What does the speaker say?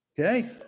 Okay